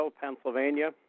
Pennsylvania